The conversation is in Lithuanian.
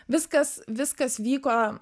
viskas viskas vyko